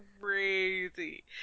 crazy